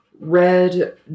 Red